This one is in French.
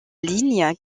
ligne